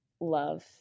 love